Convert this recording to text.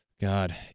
God